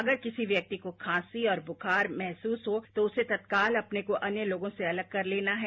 अगर किसी व्यक्ति को खांसी और बुखार महसूस हो तो उसे तत्व्काल अपने को अन्य लोगों से अलग कर लेना है